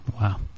Wow